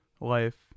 life